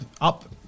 up